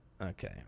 Okay